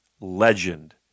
legend